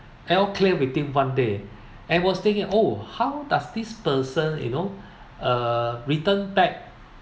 and all clear within one day and was thinking oh how does this person you know uh return back